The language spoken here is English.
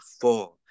four